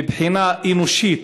מבחינה אנושית,